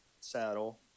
saddle